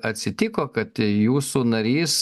atsitiko kad jūsų narys